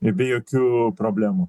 be jokių problemų